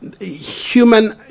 human